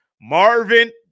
Marvin –